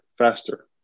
faster